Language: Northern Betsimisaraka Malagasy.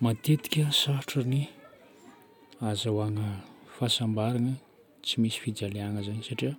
Matetika sarotra ny hazahoagna fahasambarana tsy misy fijaliagna zagny satria